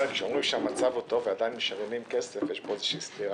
כשאומרים שהמצב טוב אבל עדיין משריינים כסף יש פה איזושהי סתירה.